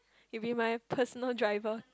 you be my personal driver